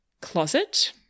closet